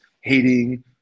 hating